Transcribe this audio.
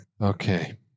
Okay